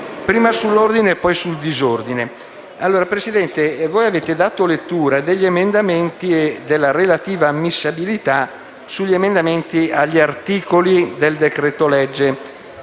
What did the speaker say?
prima sull'ordine e poi sul disordine. Signora Presidente, voi avete dato lettura degli emendamenti e della relativa ammissibilità sugli emendamenti agli articoli del decreto‑legge;